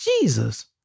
Jesus